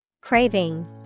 Craving